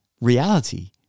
reality